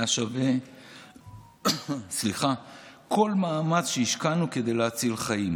היה שווה כל מאמץ שהשקענו כדי להציל חיים.